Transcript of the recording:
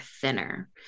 thinner